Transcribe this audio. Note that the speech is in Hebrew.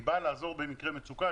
והיא באה לעזור במקרי מוצקה.